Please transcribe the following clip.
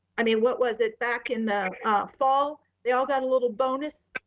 i mean, what was it back in the fall, they all got a little bonus.